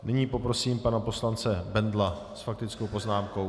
Nyní poprosím pana poslance Bendla s faktickou poznámkou.